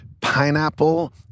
pineapple